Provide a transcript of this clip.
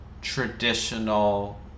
traditional